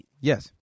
yes